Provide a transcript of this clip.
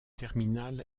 terminales